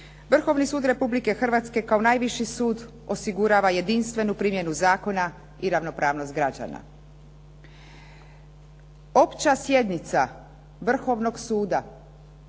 Vrhovni sud Republike Hrvatske kao najviši sud osigurava jedinstvenu primjenu zakona i ravnopravnost građana. Opća sjednica Vrhovnog suda